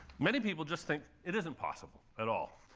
many people just think it isn't possible at all.